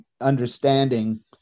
understanding